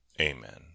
Amen